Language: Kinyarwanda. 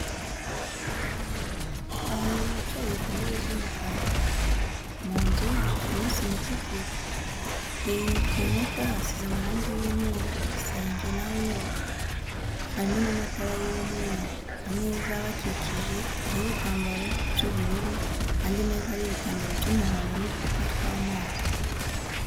Abantu bicaye ku ntebe z'umukara mu nzu hamo sima itukura, ku nkuta hasize amarangi y'umweru, ku gisenge naho nuko harimo n'amatara y'umweru, ameza abakikije hariho ibitambaro by'ubururu andi meza n' ibitambaro by'umuhondo n'uducupa twamazi.